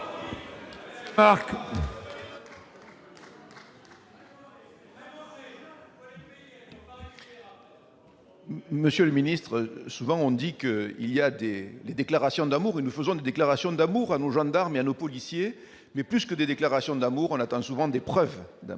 Monsieur le secrétaire d'État, les déclarations d'amour comptent et nous faisons des déclarations d'amour à nos gendarmes et à nos policiers. Mais, plus que des déclarations d'amour, on attend souvent des preuves d'amour.